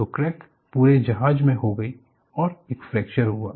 तो क्रैक पूरे जहाज में हो गई और एक फ्रैक्चर हुआ